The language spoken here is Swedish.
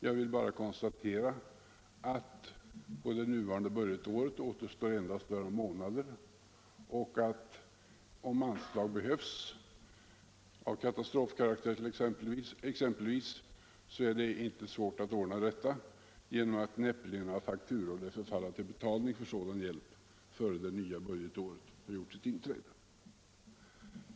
Jag konstaterar bara att av innevarande budgetår återstår endast några månader, och om anslag behövs — t.ex. av katastrofkaraktär — så är det inte svårt att ordna detta eftersom några fakturor näppeligen lär förfalla till betalning för sådan hjälp innan det nya budgetåret har gjort sitt inträde.